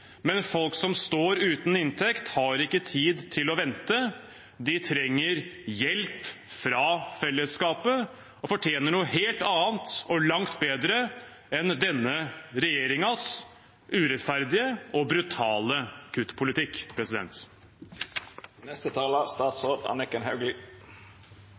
Men folk som står uten inntekt, har ikke tid til å vente. De trenger hjelp fra fellesskapet og fortjener noe helt annet – og langt bedre – enn denne regjeringens urettferdige og brutale kuttpolitikk.